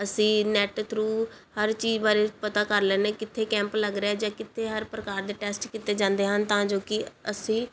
ਅਸੀਂ net through ਹਰ ਚੀਜ਼ ਬਾਰੇ ਪਤਾ ਕਰ ਲੈਂਦੇ ਕਿੱਥੇ ਕੈਂਪ ਲੱਗ ਰਿਹਾ ਜਾਂ ਕਿੱਥੇ ਹਰ ਪ੍ਰਕਾਰ ਦੇ ਟੈਸਟ ਕੀਤੇ ਜਾਂਦੇ ਹਨ ਤਾਂ ਜੋ ਕਿ ਅਸੀਂ